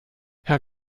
herr